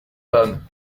panne